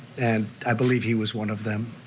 and i believe he was one of them.